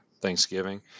Thanksgiving